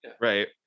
Right